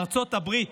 ארצות הברית,